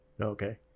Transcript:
Okay